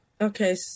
Okay